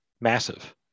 massive